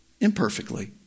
imperfectly